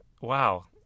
Wow